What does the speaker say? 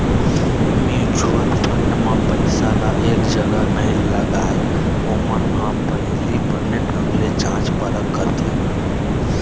mutual fund म पइसा ल एक जगा नइ लगाय, ओमन ह पहिली बने ढंग ले जाँच परख करथे